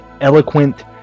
eloquent